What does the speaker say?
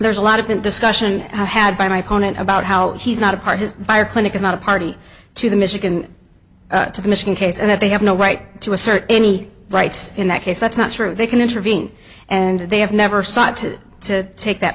there's a lot of discussion i had by my own an about how he's not a party buyer clinic is not a party to the michigan to the michigan case and that they have no right to assert any rights in that case that's not true they can intervene and they have never sought to to take that